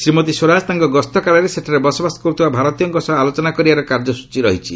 ଶ୍ରୀମତୀ ସ୍ୱରାଜ ତାଙ୍କ ଗସ୍ତକାଳରେ ସେଠାରେ ବସବାସ କରୁଥିବା ଭାରତୀୟଙ୍କ ସହ ଆଲୋଚନା କରିବାର କାର୍ଯ୍ୟସୂଚୀ ରହିଛି